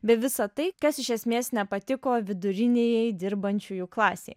bei visa tai kas iš esmės nepatiko viduriniajai dirbančiųjų klasei